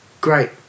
great